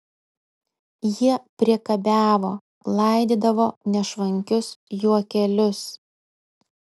jie priekabiavo laidydavo nešvankius juokelius